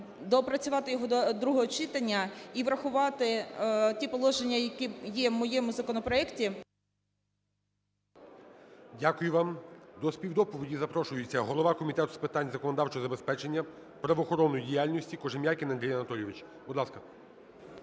доопрацювати його до другого читання і врахувати ті положення, які є в моєму законопроекті. ГОЛОВУЮЧИЙ. Дякую вам. До співдоповіді запрошується голова Комітету з питань законодавчого забезпечення правоохоронної діяльності Кожем'якін Андрій Анатолійович, будь ласка.